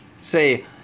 say